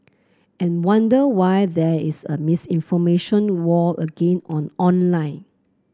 and wonder why there is a misinformation war again on online